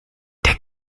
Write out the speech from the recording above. der